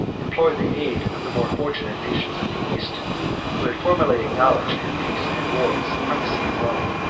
implored the aid of the more fortunate nations of the east who had formerly acknowledged, in peace and war, the supremacy of rome.